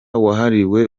wahariwe